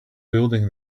building